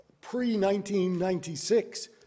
pre-1996